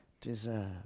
deserve